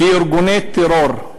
כארגוני טרור.